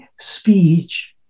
speech